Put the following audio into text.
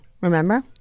Remember